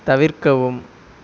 தவிர்க்கவும்